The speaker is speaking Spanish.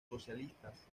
socialistas